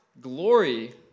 glory